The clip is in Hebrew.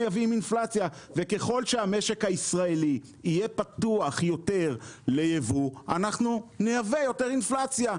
ככל שהמשק הישראלי יהיה פתוח יותר ליבוא אנחנו נייבא יותר אינפלציה,